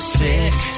sick